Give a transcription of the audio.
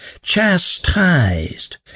chastised